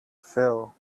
phil